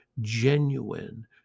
genuine